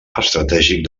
estratègic